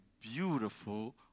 beautiful